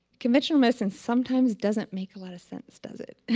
conventional medicine sometimes doesn't make a lot of sense, does it?